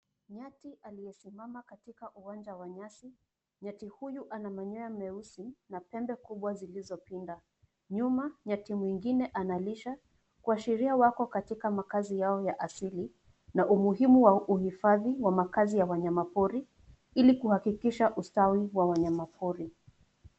Nyati aliyesimama katika uwanja wa nyasi. Nyati huyu ana manyoya meusi na pembe kubwa zilizopinda. Nyuma, nyati mwengine analisha kuashiria wako katika makaazi yao ya asili na umuhimu wa uhifadhi wa makaazi ya wanyama pori ili kuhakikisha ustawi wa wanyama pori.